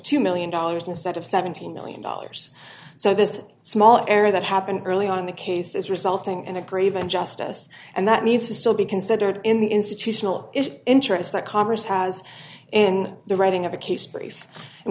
two million dollars instead of seven hundred million dollars so this small area that happened early on in the case is resulting in a grave injustice and that needs to still be considered in the institutional interest that congress has in the reading of